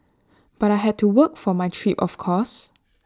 but I had to work for my trip of course